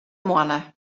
moanne